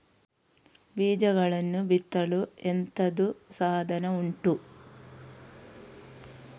ಬೀಜಗಳನ್ನು ಬಿತ್ತಲು ಎಂತದು ಸಾಧನ ಉಂಟು?